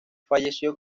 falleció